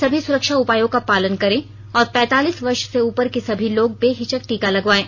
सभी सुरक्षा उपायों का पालन करें और पैंतालीस वर्ष से उपर के सभी लोग बेहिचक टीका लगवायें